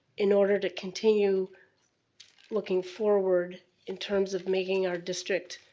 in order to continue looking forward in terms of making our district,